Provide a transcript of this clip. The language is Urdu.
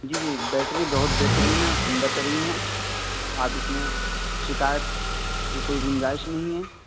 جی جی بیٹری بہت بہترین ہیں عمدہ ترین ہے آپ اس میں شکایت کی کوئی گنجائش نہیں ہے